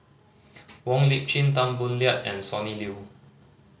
Wong Lip Chin Tan Boo Liat and Sonny Liew